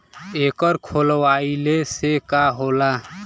एकर खोलवाइले से का होला?